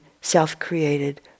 self-created